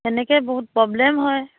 তেনেকৈ বহুত প্ৰব্লেম হয়